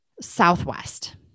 Southwest